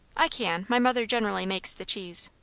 i can. my mother generally makes the cheese.